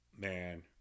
Man